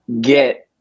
get